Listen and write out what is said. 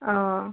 অঁ